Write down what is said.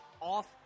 off